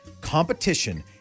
competition